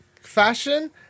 fashion